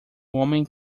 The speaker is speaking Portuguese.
homem